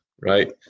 right